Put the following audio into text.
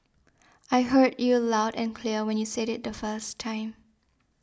I heard you loud and clear when you said it the first time